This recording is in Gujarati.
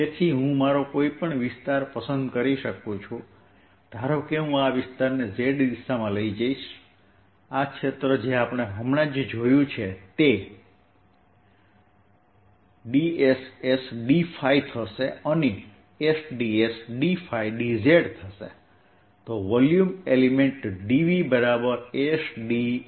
તેથી હું મારો કોઈ પણ વિસ્તાર પસંદ કરી શકું છું ધારો કે હું આ વિસ્તારને z દિશામાં લઈશ આ ક્ષેત્ર જે આપણે હમણાં જ જોયું છે તે s ds dϕ છે અને વોલ્યુમ એલિમેન્ટ dz છે તેથી હું અહીં dz સાથે ગુણાકાર કરું છું આ વોલ્યુમ એલિમેન્ટ છે તમે બીજા એરિયા બનાવી જોઈ શકો છો કે આ સાચું છે